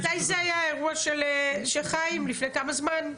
מתי היה האירוע של חיים, לפני כמה זמן?